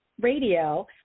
Radio